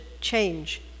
change